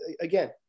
again